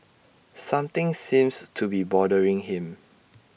something seems to be bothering him